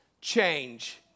change